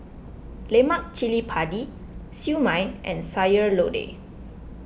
Lemak Cili Padi Siew Mai and Sayur Lodeh